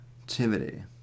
activity